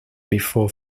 before